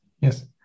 yes